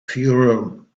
fayoum